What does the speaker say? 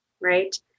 right